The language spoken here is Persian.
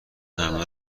همه